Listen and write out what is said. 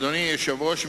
אדוני היושב-ראש,